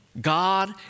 God